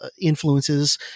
influences